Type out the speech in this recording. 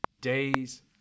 days